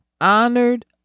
honored